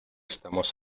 estamos